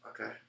Okay